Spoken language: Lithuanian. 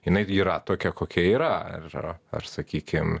jinai yra tokia kokia yra ar ar sakykim